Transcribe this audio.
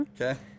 Okay